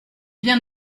bien